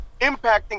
impacting